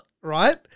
right